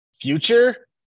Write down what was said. future